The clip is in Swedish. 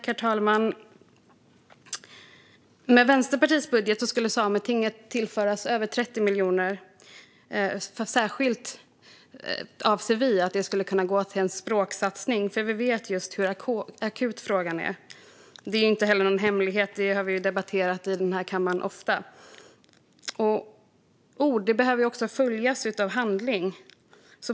Herr talman! Med Vänsterpartiets budget skulle Sametinget tillföras över 30 miljoner. Vår avsikt skulle vara att rikta de pengarna särskilt till en språksatsning, för vi vet hur akut frågan är. Det är inte heller någon hemlighet, utan det har vi debatterat ofta i den här kammaren. Ord behöver också följas av handling.